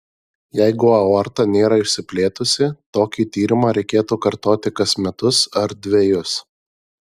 jeigu aorta nėra išsiplėtusi tokį tyrimą reikėtų kartoti kas metus ar dvejus